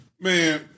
man